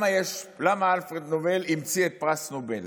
למה אלפרד נובל המציא את פרס נובל?